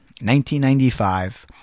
1995